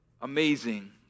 amazing